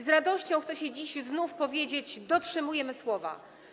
Z radością chce się dziś znów powiedzieć: dotrzymujemy słowa.